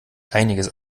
einiges